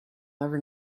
never